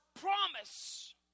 promise